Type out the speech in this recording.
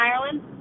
Ireland